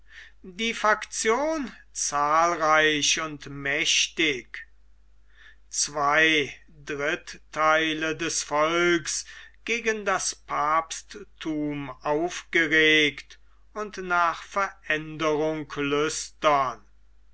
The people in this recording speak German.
die faktion zahlreich und mächtig zwei drittheile des volks gegen das papstthum aufgeregt und nach veränderung lüstern